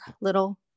little